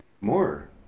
More